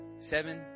Seven